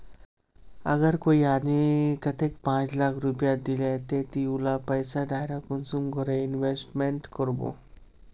अगर कोई आदमी कतेक पाँच लाख रुपया दिले ते ती उला पैसा डायरक कुंसम करे इन्वेस्टमेंट करबो?